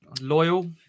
Loyal